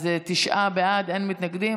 אז תשעה בעד, אין מתנגדים.